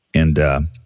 and